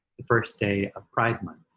the first day of pride month.